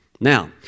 Now